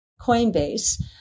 Coinbase